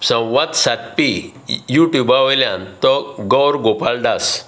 संवाद सादपी युट्यूबावेल्यान तो गौर गोपाळ दास